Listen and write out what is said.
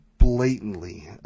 blatantly